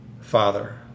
Father